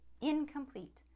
incomplete